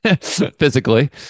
physically